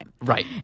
Right